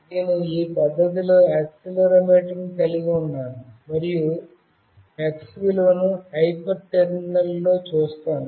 నేను ఈ పద్ధతిలో యాక్సిలెరోమీటర్ను కలిగి ఉన్నాను మరియు x విలువను హైపర్ టెర్మినల్లో చూస్తాను